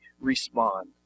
respond